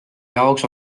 jaoks